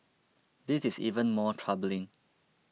this is even more troubling